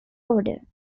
order